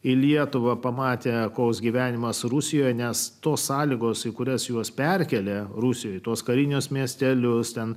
į lietuvą pamatę koks gyvenimas rusijoje nes tos sąlygos į kurias juos perkelia rusijoje tuos karinius miestelius ten